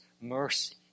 mercy